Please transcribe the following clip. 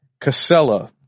Casella